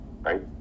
right